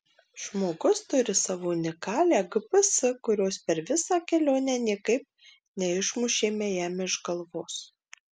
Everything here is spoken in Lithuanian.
žmogus turi savo unikalią gps kurios per visą kelionę niekaip neišmušėme jam iš galvos